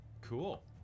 Cool